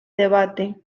debate